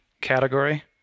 category